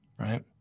Right